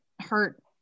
hurt